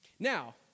Now